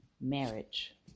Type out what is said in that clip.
Marriage